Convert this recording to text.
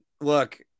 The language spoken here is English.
look